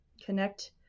connect